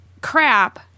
crap